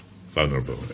vulnerable